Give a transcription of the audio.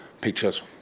pictures